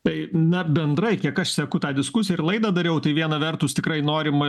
tai na bendrai kiek aš seku tą diskusiją ir laidą dariau tai viena vertus tikrai norima